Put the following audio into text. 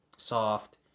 soft